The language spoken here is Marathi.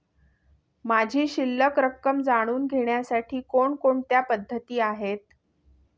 माझी शिल्लक रक्कम जाणून घेण्यासाठी कोणकोणत्या पद्धती आहेत?